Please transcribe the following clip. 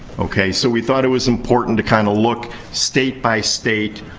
okay, so we thought it was important to kind of look, state by state,